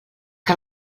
que